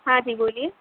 ہاں جی بولیے